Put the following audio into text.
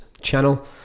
channel